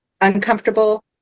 uncomfortable